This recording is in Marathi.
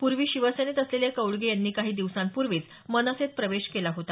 पूर्वी शिवसेनेत असलेले कौडगे यांनी काही दिवसांपूर्वीच मनसेत प्रवेश केला होता